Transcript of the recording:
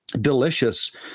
delicious